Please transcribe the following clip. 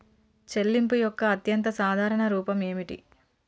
చెల్లింపు యొక్క అత్యంత సాధారణ రూపం ఏమిటి?